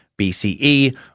BCE